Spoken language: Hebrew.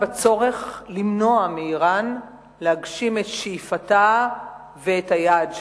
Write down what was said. בצורך למנוע מאירן להגשים את שאיפתה ואת היעד שלה.